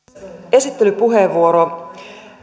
esittelypuheenvuoro